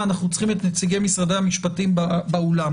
אנחנו צריכים את נציגי משרד המשפטים באולם